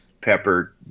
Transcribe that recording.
pepper